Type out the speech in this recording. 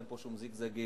אין פה שום זיגזגים,